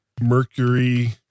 Mercury